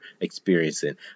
experiencing